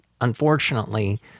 unfortunately